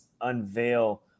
unveil